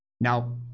Now